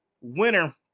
winner